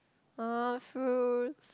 ah fulls